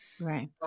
Right